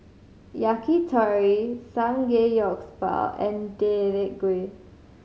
Yakitori and Gui